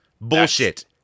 Bullshit